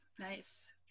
nice